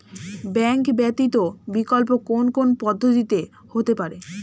Bank ব্যতীত বিকল্প কোন কোন পদ্ধতিতে হতে পারে?